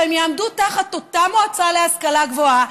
שהם יעמדו תחת אותה מועצה להשכלה גבוהה,